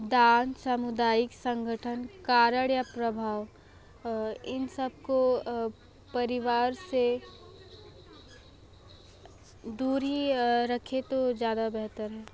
दान समुदायिक संगठन कारण या प्रभाव इन सबको परिवार से दूर ही रखे तो ज़्यादा बेहतर है